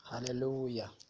Hallelujah